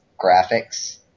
graphics